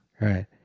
Right